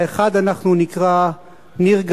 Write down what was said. לאחד אנחנו נקרא "נרגנים"